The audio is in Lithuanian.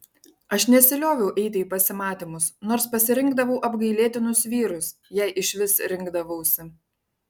aš nesilioviau eiti į pasimatymus nors pasirinkdavau apgailėtinus vyrus jei išvis rinkdavausi